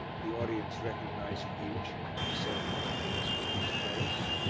the audience recognizing each, and saying his name as he took his place,